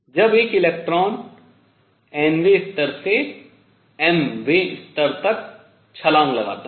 जब एक इलेक्ट्रॉन nवें स्तर से mवें स्तर तक छलांग लगाता है